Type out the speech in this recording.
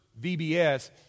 VBS